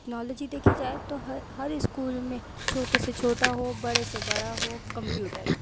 technology دیکھی جائے تو ہر ہر اسکول میں چھوٹے سے چھوٹا ہو بڑے سے بڑا ہو کمپیوٹر ہے